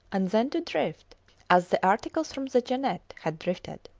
and then to drift as the articles from the jeannette had drifted.